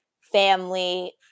family